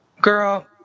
girl